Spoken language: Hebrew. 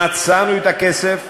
מצאנו את הכסף.